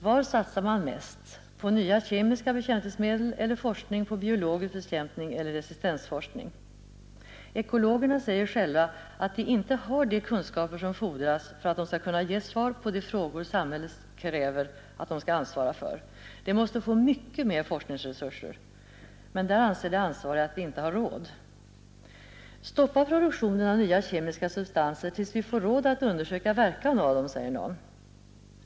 Vad satsar man mest på: på nya kemiska bekämpningsmedel eller forskning, på biologisk bekämpning eller resistensforskning? Ekologerna säger själva att de inte har de kunskaper som fordras för att de skall kunna ge svar på de frågor samhället kräver att de skall ansvara för. De måste få mycket mer forskningsresurser. Men där anser de ansvariga att vi inte har råd. Stoppa produktionen av nya kemiska substanser tills vi får råd att undersöka verkan av dem, säger någon.